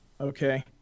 Okay